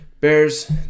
Bears